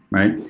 right?